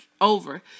over